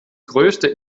größte